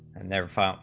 and their fault,